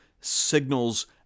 signals